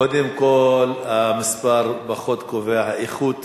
קודם כול, המספר פחות קובע, האיכות